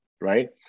right